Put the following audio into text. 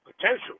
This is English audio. potential